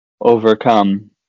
overcome